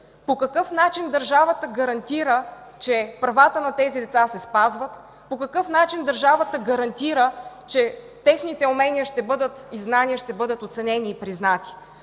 По какъв начин държавата гарантира, че правата на тези деца се спазват? По какъв начин държавата гарантира, че техните умения и знания ще бъдат оценени и признати?